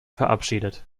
verabschiedet